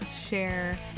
share